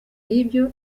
y’ibyo